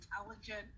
intelligent